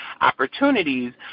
opportunities